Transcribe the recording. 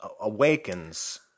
awakens